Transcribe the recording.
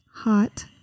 Hot